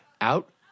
out